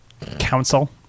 Council